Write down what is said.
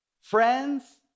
Friends